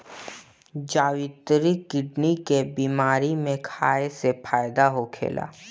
जावित्री किडनी के बेमारी में खाए से फायदा होखेला